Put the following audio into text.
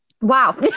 Wow